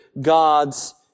God's